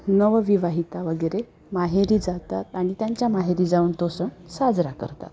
नवविवाहता वगैरे माहेरी जातात आणि त्यांच्या माहेरी जाऊन तो सण साजरा करतो